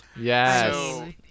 Yes